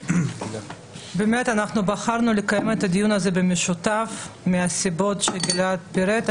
אנחנו בחרנו לקיים את הדיון הזה במשותף מהסיבות שגלעד פירט,